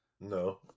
No